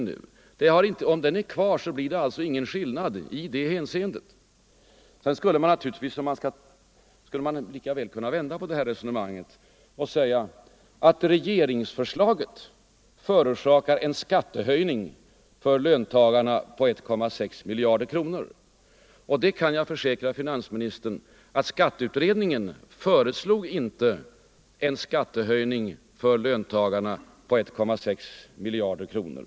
Om den avdragsrätten kvarstår blir det alltså ingen skillnad i det hänseendet. Skulle man inte lika väl kunna vända på resonemanget och säga att regeringsförslaget förorsakar en skattehöjning för löntagarna på 1,6 miljarder kronor? Jag kan försäkra finansministern att skatteutredningen inte föreslog en skattehöjning för löntagarna på 1,6 miljarder kro nor.